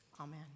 Amen